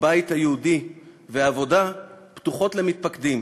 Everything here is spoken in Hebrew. הבית היהודי והעבודה פתוחות למתפקדים